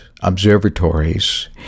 observatories